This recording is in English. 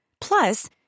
Plus